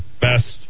best